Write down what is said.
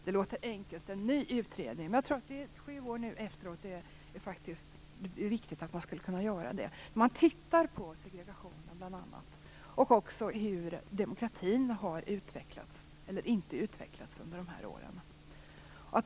Det låter enkelt men jag tror att det nu, sju år efter den förra, faktiskt är viktigt att göra det. Då skulle man titta på bl.a. segregationen och också på hur demokratin har utvecklats, eller inte utvecklats, under de här åren.